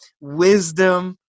wisdom